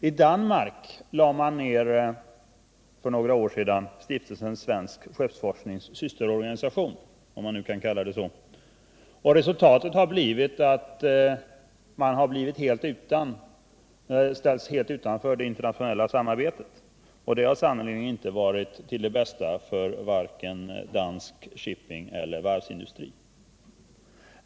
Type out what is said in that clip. I Danmark lade man för några år sedan ned Stiftelsen Svensk skeppsforsknings systerorganisation, om man nu kan kalla den så, och resultatet har blivit att man helt ställts utanför det internationella samarbetet. Det har sannerligen inte varit till förmån för vare sig dansk shipping eller dansk varvsindustri.